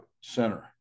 center